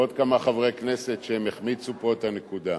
ועוד כמה חברי כנסת, שהם החמיצו פה את הנקודה.